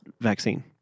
vaccine